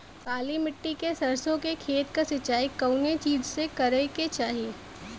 काली मिट्टी के सरसों के खेत क सिंचाई कवने चीज़से करेके चाही?